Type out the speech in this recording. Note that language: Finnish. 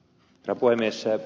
herra puhemies